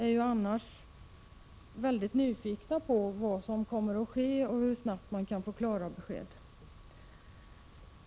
Dessa människor är mycket nyfikna på vad som kommer att ske och hur snabbt de kan få klara besked.